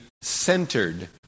centered